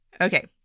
Okay